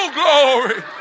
glory